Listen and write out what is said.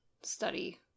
study